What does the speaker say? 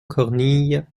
cornille